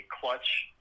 clutch